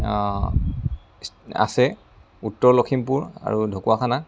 আছে উত্তৰ লক্ষীমপুৰ আৰু ঢকুৱাখানা